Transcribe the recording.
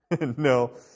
No